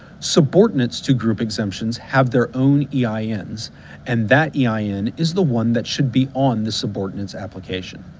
subordinates to group exemptions have their own yeah eins and that yeah ein is the one that should be on the subordinate's application.